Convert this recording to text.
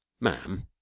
Ma'am